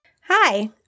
Hi